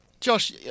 Josh